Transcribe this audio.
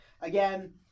Again